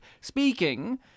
speaking